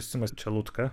simas čelutka